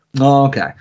Okay